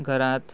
घरांत